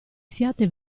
siate